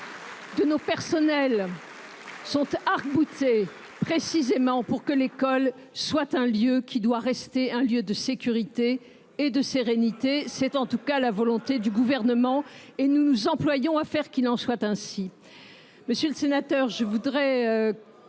de nos personnels, sont arc boutés précisément pour que l’école reste un lieu de sécurité et de sérénité. C’est en tout cas la volonté du Gouvernement, et nous nous employons à faire en sorte qu’il en soit ainsi.